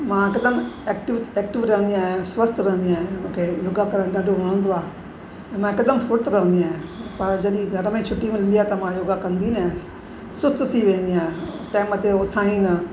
मां हिकदमि active active रहंदी आहियां स्वस्थ रहंदी आहियां मूंखे योगा करण ॾाढो वणंदो आहे ऐं मां हिकदमि फ़ुर्त रहंदी आहियां पर जॾहिं घर में छुटी मिलंदी आहे त योगा कंदी न आहे सुस्तु थी वेंदी आहियां टाइम ते उथां ई ना